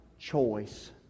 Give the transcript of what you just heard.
choice